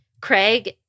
Craig